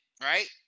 right